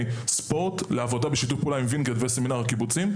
ספורט לעבודה בשיתוף פעולה עם וינגייט וסמינר הקיבוצים.